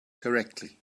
correctly